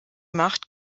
macht